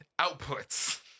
outputs